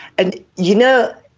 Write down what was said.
and you know,